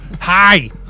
Hi